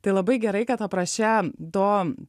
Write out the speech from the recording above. tai labai gerai kad apraše to